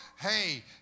Hey